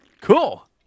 Cool